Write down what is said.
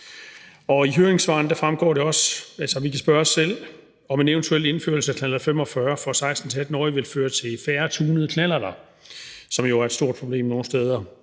spørge os selv, om en eventuel indførelse af knallert 45 for 16-18-årige vil føre til færre tunede knallerter, som jo er et stort problem nogle steder,